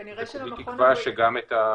אני לא סבור שמשרד הבריאות